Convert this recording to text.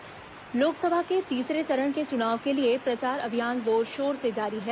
चुनाव प्रचार लोकसभा के तीसरे चरण के चुनाव के लिए प्रचार अभियान जोर शोर से जारी है